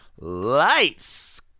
lights